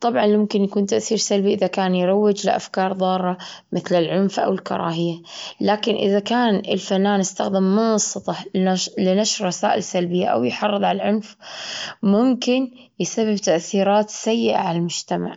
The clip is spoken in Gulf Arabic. طبعًا ممكن يكون تأثير سلبي إذا كان يروج لأفكار ظارة مثل العنف أو الكراهية، لكن إذا كان الفنان استخدم منصته لنش- لنشر رسائل سلبية أو يحرض على العنف ممكن يسبب تأثيرات سيئة على المجتمع.